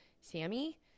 Sammy